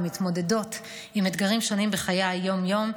המתמודדות עם אתגרים שונים בחיי היום-יום,